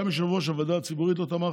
גם יושב-ראש הוועדה הציבורית לא תמך,